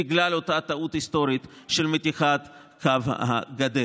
בגלל אותה טעות היסטורית של מתיחת קו הגדר.